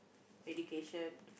education